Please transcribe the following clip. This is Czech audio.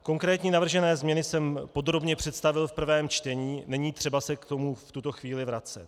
Konkrétní navržené změny jsem podrobně představil v prvém čtení, není třeba se k tomu v tuto chvíli vracet.